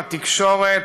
התקשורת,